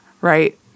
right